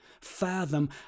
fathom